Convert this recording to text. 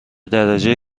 درجه